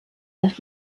nach